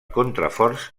contraforts